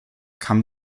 kam